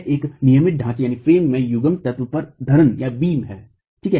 एक नियमित ढांचेफ्रेम में युग्मन तत्व एक धरनबीम हैठीक है